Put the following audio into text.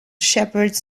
shepherds